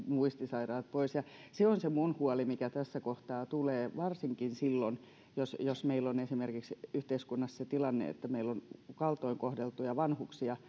muistisairaat pois se on se minun huoleni mikä tässä kohtaa tulee varsinkin silloin jos jos meillä on esimerkiksi yhteiskunnassa se tilanne että meillä on kaltoinkohdeltuja vanhuksia